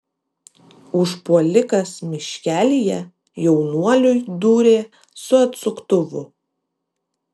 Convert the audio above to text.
užpuolikas miškelyje jaunuoliui dūrė su atsuktuvu